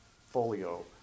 folio